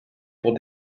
pour